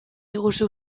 diguzu